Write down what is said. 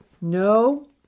No